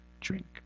Drink